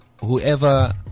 whoever